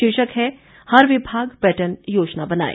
शीर्षक है हर विभाग पर्यटन योजना बनाए